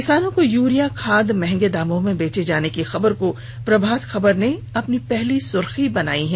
किसानों को युरिया खाद महंगे दामों में बेचे जाने की खबर को प्रभात खबर ने अपनी पहली सुर्खी बनाई है